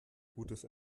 gutes